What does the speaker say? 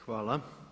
Hvala.